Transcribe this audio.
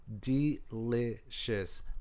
delicious